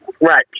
Right